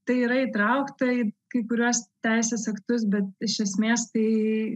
tai yra įtraukta į kai kuriuos teisės aktus bet iš esmės tai